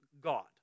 god